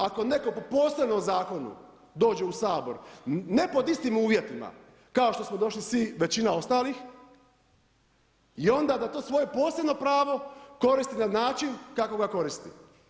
Ali je sporno ako netko po posebnom zakonu dođe u Sabor ne pod istim uvjetima kao što smo došli svi, većina ostalih i onda da to svoje posebno pravo koristi na način kako ga koristi.